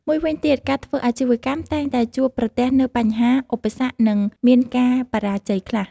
មួយវិញទៀត ការធ្វើអាជីវកម្មតែងតែជួបប្រទះនូវបញ្ហា ឧបសគ្គ និងមានការបរាជ័យខ្លះ។